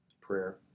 prayer